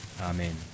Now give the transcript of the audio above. Amen